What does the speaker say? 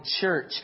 church